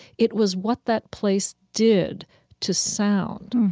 it was what that place did to sound